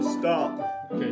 Stop